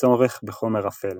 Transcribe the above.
הצורך בחומר אפל